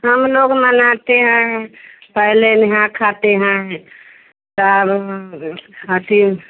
हम लोग मनाते हैं पहले नेहा खाते हैं तब खाती